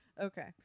Okay